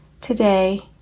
today